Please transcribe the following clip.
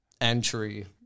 entry